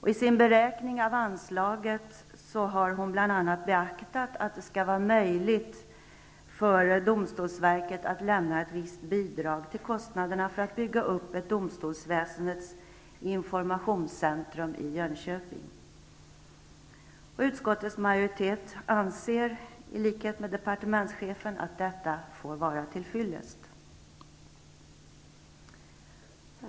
I sin beräkning av anslaget har hon bl.a. beaktat att det skall vara möjligt för domstolsverket att lämna ett visst bidrag till kostnaderna för att bygga upp ett domstolsväsendets informationscentrum i Jönköping. Utskottets majoritet anser i likhet med departementschefen att detta får vara till fyllest.